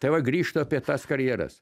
tai va grįžtu apie tas karjeras